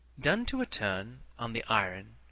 done to a turn on the iron,